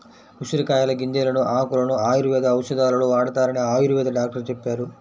ఉసిరికాయల గింజలను, ఆకులను ఆయుర్వేద ఔషధాలలో వాడతారని ఆయుర్వేద డాక్టరు చెప్పారు